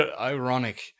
ironic